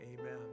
Amen